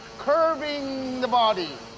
curving the body.